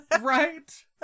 Right